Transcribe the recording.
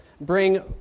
bring